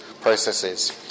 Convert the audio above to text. processes